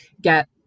get